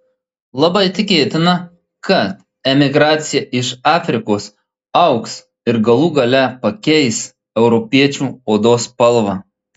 labai tikėtina kad emigracija iš afrikos augs ir galų gale pakeis europiečių odos spalvą